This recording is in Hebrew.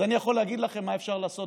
אז אני יכול להגיד לכם מה אפשר לעשות